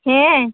ᱦᱮᱸ